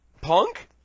Punk